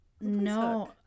No